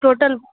total